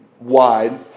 wide